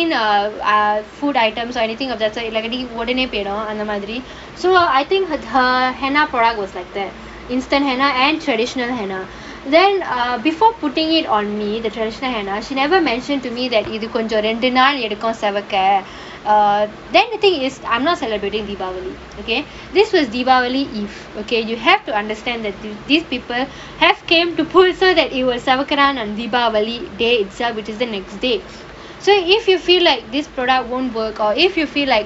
err food items or anything that's why இல்லாகிட்டி ஒடனே போயிரும் அந்த மாதிரி:illakitti odanae poyirum antha maadiri so that I think her henna is like that instant henna and traditional henna then err before putting it on me the traditional henna she never mention to me that இது கொஞ்சம் ரெண்டு நாள் எடுக்கும் செவக்க:ithu konjam rendu naal edukkum sevakka err then the thing is I am not celeberating deepavali okay then deepavali is okay is you have to understand that this people have come to put so that it was செவக்குறான்:sevakkuraan on deepavali day which is the next so if you feel like this product won't work or if you feel like